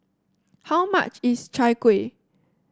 how much is Chai Kuih